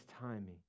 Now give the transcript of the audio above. timing